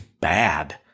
bad